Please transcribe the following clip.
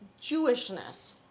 Jewishness